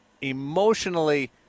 emotionally